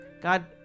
God